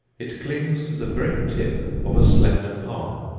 it clings to the very tip of a slender palm,